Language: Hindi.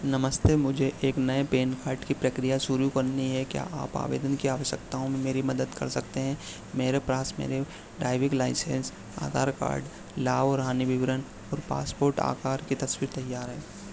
नमस्ते मुझे एक नए पैन कार्ड प्रक्रिया शुरू करनी है क्या आप आवेदन की आवश्यकताओं में मेरी मदद कर सकते हैं मेरे पास मेरे ओ ड्राइविन्ग लाइसेन्स आधार कार्ड लाभ और हानि विवरण और पासपोर्ट आकार की तस्वीर तैयार है